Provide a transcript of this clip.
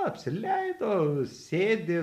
apsileido sėdi